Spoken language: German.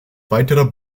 weitere